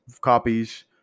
copies